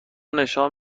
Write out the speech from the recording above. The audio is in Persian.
نشان